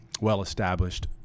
well-established